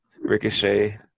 Ricochet